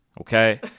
okay